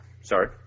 sorry